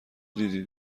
دیدی